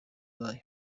bayo